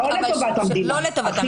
אבל לא לטובת המדינה.